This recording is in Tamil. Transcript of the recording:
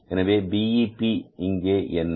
எனவே இங்கே BEP என்ன